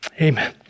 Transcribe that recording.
amen